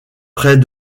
près